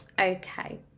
Okay